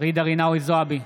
ג'ידא רינאוי זועבי,